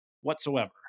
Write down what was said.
whatsoever